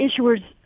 issuers